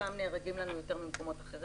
שם נהרגים יותר מאשר במקומות אחרים.